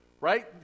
Right